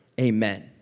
Amen